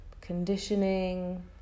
conditioning